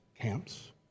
camps